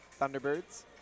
Thunderbirds